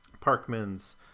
Parkman's